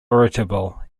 irritable